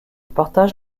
partage